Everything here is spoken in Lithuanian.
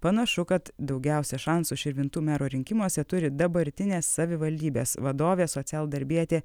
panašu kad daugiausiai šansų širvintų mero rinkimuose turi dabartinė savivaldybės vadovė socialdarbietė